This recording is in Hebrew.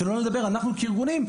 שלא לדבר אנחנו כארגונים.